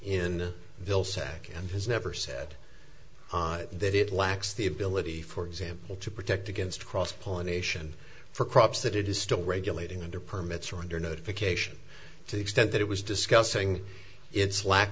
in bill sack and has never said that it lacks the ability for example to protect against cross pollination for crops that it is still regulating under permits or under notification to the extent that it was discussing its lack